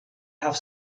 have